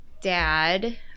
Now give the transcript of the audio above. dad